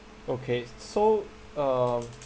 okay s~ so um